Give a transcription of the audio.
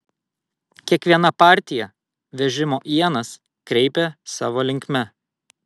kiekviena partija vežimo ienas kreipė savo linkme